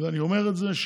ואני אומר את זה,